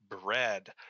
bread